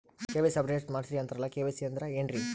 KYC update ಮಾಡಸ್ರೀ ಅಂತರಲ್ಲ KYC ಅಂದ್ರ ಏನ್ರೀ?